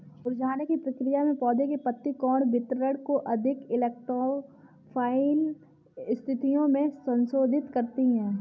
मुरझाने की प्रक्रिया पौधे के पत्ती कोण वितरण को अधिक इलेक्ट्रो फाइल स्थितियो में संशोधित करती है